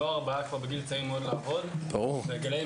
הם מתחילים לעבוד בגיל נורא צעיר,